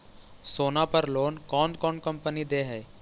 सोना पर लोन कौन कौन कंपनी दे है?